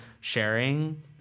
sharing